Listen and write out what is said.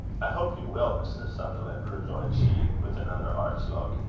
i hope you will, mr. sutherland, rejoined she, with another arch look.